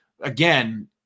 again